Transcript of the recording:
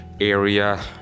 area